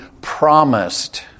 promised